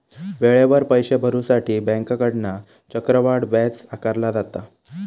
वेळेवर पैशे भरुसाठी बँकेकडना चक्रवाढ व्याज आकारला जाता